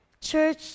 Church